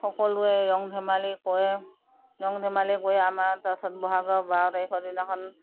সকলোৱে ৰং ধেমালি কৰে ৰং ধেমালি কৰি তাৰপিছত বহাগৰ বাৰ তাৰিখৰ দিনাখন